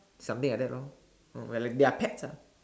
something like that lor or we're like their pets lah